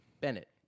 Bennett